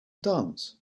dance